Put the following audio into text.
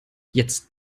jetzt